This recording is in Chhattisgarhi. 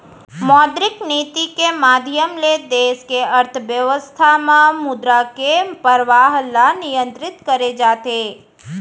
मौद्रिक नीति के माधियम ले देस के अर्थबेवस्था म मुद्रा के परवाह ल नियंतरित करे जाथे